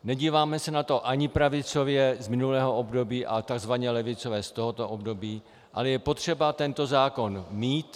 Nedíváme se na to ani pravicově z minulého období a takzvaně levicově z tohoto období, ale je potřeba tento zákon mít.